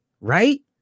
right